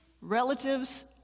relatives